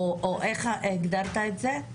או איך הגדרת את זה?